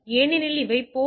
எனவே இது 10